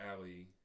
alley